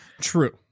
True